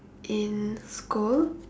in school